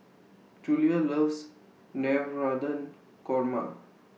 Julia loves Navratan Korma